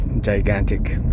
gigantic